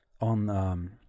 on